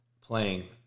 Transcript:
playing